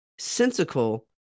sensical